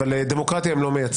אבל דמוקרטיה הם לא מייצרים.